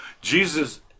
Jesus